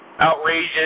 outrageous